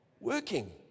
working